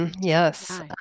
yes